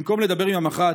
במקום לדבר עם המח"ט,